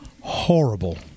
horrible